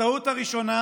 הטעות הראשונה